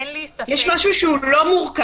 אין לי ספק --- יש משהו שהוא לא מורכב,